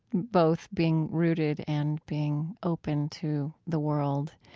both being rooted and being open to the world.